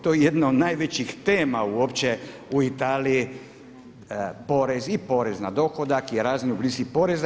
To je jedna od najvećih tema uopće u Italiji porez i porez na dohodak i razni oblici poreza.